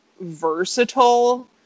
versatile